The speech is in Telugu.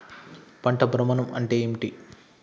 పంట భ్రమణం అంటే ఏంటి?